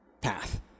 path